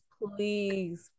please